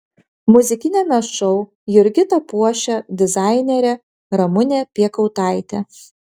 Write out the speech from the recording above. muzikiniame šou jurgitą puošia dizainerė ramunė piekautaitė